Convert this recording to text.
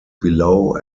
below